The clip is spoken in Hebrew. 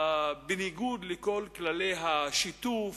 בניגוד לכל כללי השיתוף,